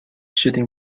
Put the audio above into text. shooting